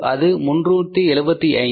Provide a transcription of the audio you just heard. அது 375